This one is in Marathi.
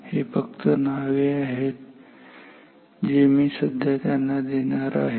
हे फक्त नावे आहेत जे मी त्यांना सध्या देणार आहे